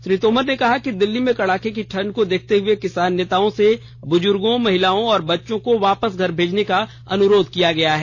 श्री तोमर ने कहा कि दिल्ली में कड़ाके की ठंड को देखते हुए किसान नेताओं से बुजुर्गो महिलाओं और बच्चों को वापस घर भेजने का अनुरोध किया गया है